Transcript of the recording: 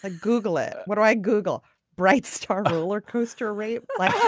ah google it. what do i google bright star roller coaster right like